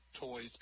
Toys